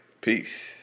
peace